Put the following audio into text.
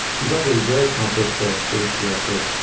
he's also a very accomplished ah stage director.